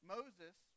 Moses